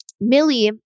Millie